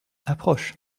approche